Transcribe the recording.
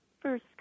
first